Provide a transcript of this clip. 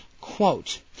quote